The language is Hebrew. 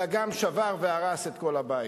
אלא גם שבר והרס את כל הבית.